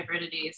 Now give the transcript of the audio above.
hybridities